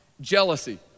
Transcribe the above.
jealousy